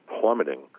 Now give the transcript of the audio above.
plummeting